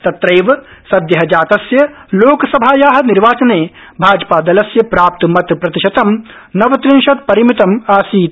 तर्रैव सद्य जातस्य लोकसभाया निर्वाचने भाजपादलस्य प्राप्त मतप्रतिशतं नवत्रिंशत् परिमितम् आसीत्